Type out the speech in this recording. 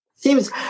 Seems